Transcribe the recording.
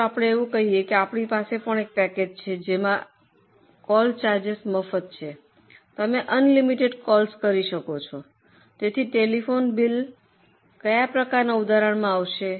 ચાલો કહીએ કે અમારી પાસે એક પેકેજ છે જ્યાં ક કોલ ચાર્જિસ મફત છે તમે અનલિમિટેડ કોલ્સ કરી શકો છો તેથી ટેલિફોન બિલ કયા પ્રકારનાં ઉદાહરણમાં આવશે